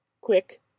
Quick